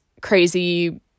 crazy